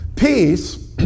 Peace